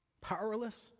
Powerless